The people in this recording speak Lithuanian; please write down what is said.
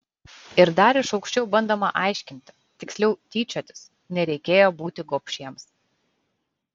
ir dar iš aukščiau bandoma aiškinti tiksliau tyčiotis nereikėjo būti gobšiems